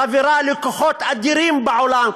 חבירה לכוחות אדירים בעולם,